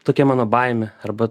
tokia mano baimė arba